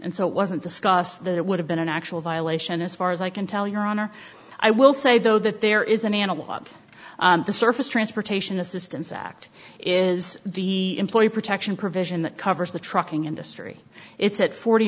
and so it wasn't discussed that it would have been an actual violation as far as i can tell your honor i will say though that there is an analog the surface transportation assistance act is the employee protection provision that covers the trucking industry it's at forty